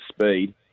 speed